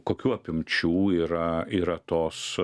kokių apimčių yra yra tos